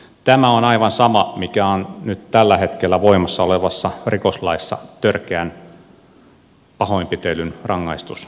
tämä on aivan sama mikä on nyt tällä hetkellä voimassa olevassa rikoslaissa törkeän pahoinpitelyn rangaistusasteikko